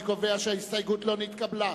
אני קובע שההסתייגות לא נתקבלה.